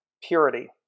purity